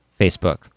Facebook